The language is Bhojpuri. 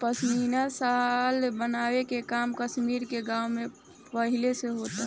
पश्मीना शाल बनावे के काम कश्मीर के गाँव में पहिले से होता